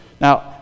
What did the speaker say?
Now